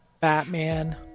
Batman